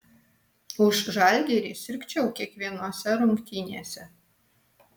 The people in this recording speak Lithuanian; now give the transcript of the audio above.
už žalgirį sirgčiau kiekvienose rungtynėse